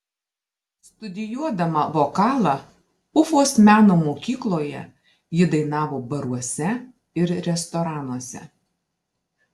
studijuodama vokalą ufos meno mokykloje ji dainavo baruose ir restoranuose